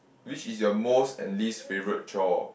which is your most and least favourite chore